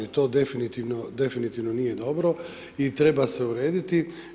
I to definitivno nije dobro i treba se urediti.